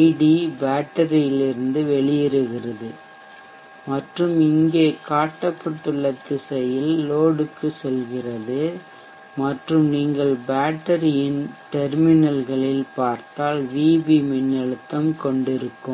ID பேட்டரியிலிருந்து வெளியேறுகிறது மற்றும் இங்கே காட்டப்பட்டுள்ள திசையில் லோடுக்கு செல்கிறது மற்றும் நீங்கள் பேட்டரியின் டெர்மினல்களில் பார்த்தால் vb மின்னழுத்தத்தைக் கொண்டிருக்கும்